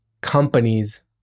companies